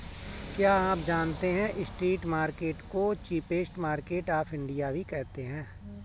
क्या आप जानते है स्ट्रीट मार्केट्स को चीपेस्ट मार्केट्स ऑफ इंडिया भी कहते है?